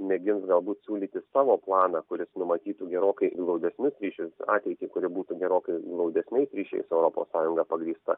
mėgins galbūt siūlyti savo planą kuris numatytų gerokai glaudesnius ryšius ateitį kuri būtų gerokai glaudesniais ryšiais su europos sąjunga pagrįsta